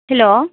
hello